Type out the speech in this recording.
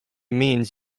means